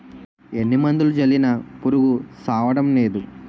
ఎన్ని మందులు జల్లినా పురుగు సవ్వడంనేదు